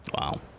Wow